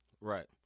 Right